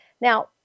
Now